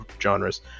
genres